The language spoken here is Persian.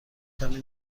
کمی